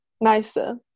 nicer